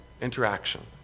interaction